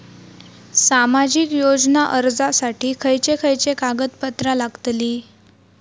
सामाजिक योजना अर्जासाठी खयचे खयचे कागदपत्रा लागतली?